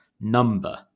number